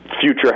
future